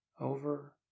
over